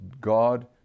God